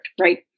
Right